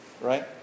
Right